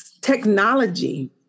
technology